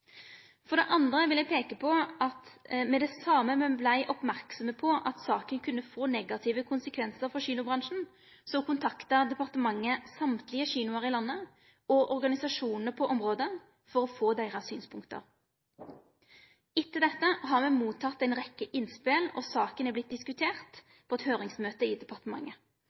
For det andre vil eg peike på at med det same me vart merksame på at saka kunne få negative konsekvensar for kinobransjen, kontakta departementet alle kinoane i landet og organisasjonane på området for å få deira synspunkt. Etter dette har me teke imot ei rekke innspel, og saka har vore diskutert på eit høyringsmøte i departementet.